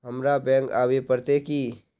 हमरा बैंक आवे पड़ते की?